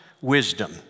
wisdom